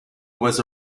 was